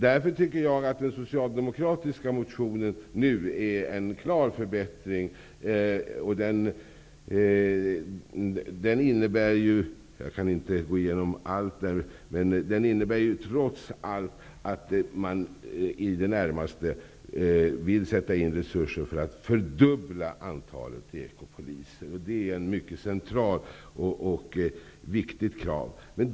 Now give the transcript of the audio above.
Jag tycker därför att den socialdemokratiska motionen är en klar förbättring. Den innebär i det närmaste att man bör sätta in resurser för att fördubbla antalet ekopoliser. Detta är ett mycket centralt och viktigt krav.